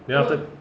then after